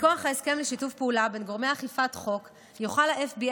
מכוח ההסכם לשיתוף פעולה בין גורמי אכיפת חוק יוכל ה-FBI